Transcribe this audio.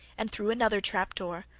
and through another trapdoor,